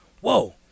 whoa